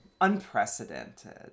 Unprecedented